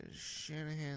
Shanahan